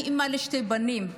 אני אימא לשני בנים.